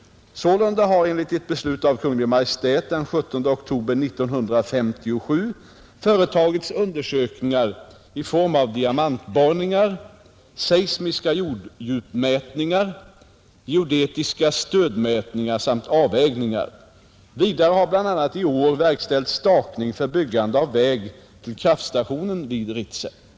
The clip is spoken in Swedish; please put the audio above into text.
Sålunda har enligt ett beslut av Kungl. Maj:t den 17 oktober 1957 företagits undersökningar i form av diamantborrningar, seismiska jorddjupmätningar, geodetiska stödmätningar samt avvägningar, Vidare har bl.a. i år verkställts stakning för byggande av väg till kraftstationen vid Ritsem.